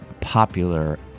popular